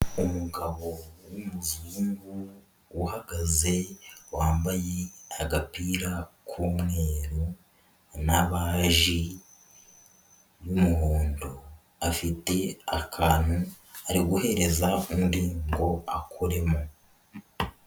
Umugabo w'umuzungu, uhagaze wambaye agapira k'umweru, na baji y'umuhondo, afite akantu ari guhereza undi ngo akuremo.